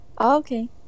okay